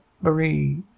Marie